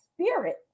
spirit